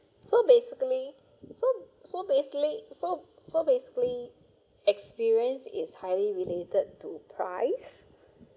like so basically so so basically so so basically experience is highly related to price